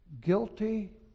guilty